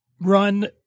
run